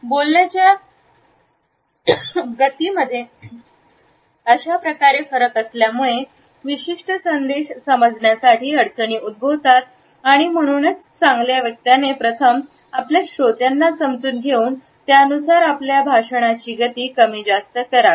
बोलण्याच्या व्यक्तीमध्ये अशाप्रकारे फरक असल्यामुळे विशिष्ट संदेश समजण्यासाठी अडचणी उद्भवतात आणि म्हणूनच चांगल्या वक्त्याने प्रथम आपल्या श्रोत्यांना समजून घेऊन त्यानुसार आपल्या भाषणाची गती कमी जास्त करावी